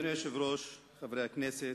חברי הכנסת,